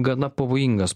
gana pavojingas